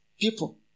people